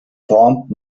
formt